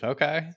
Okay